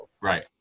Right